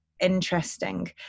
interesting